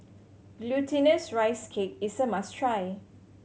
Glutinous Rice Cake is a must try